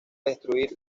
destruir